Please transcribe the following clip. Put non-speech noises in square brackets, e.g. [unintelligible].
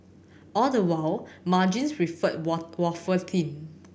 all the while margins refer [unintelligible] wafer thin